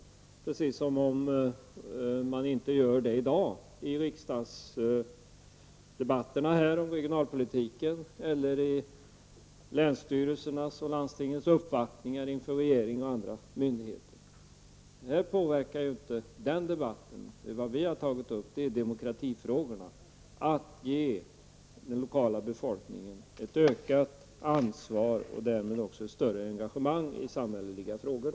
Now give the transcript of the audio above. Hon säger det precis som om man inte gör det i dag i riksdagsdebatterna om regionalpolitiken eller vid länsstyrelsernas och landstingens uppvaktningar inför regering och andra myndigheter. Det påverkar inte den debatten. Vi har tagit upp demokratifrågorna, att ge den lokala befolkningen ett ökat ansvar och därmed också större engagemang i samhälleliga frågor.